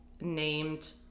named